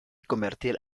convertir